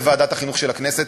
בוועדת החינוך של הכנסת,